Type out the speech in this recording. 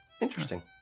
Interesting